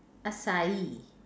acai